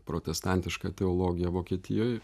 protestantišką teologiją vokietijoj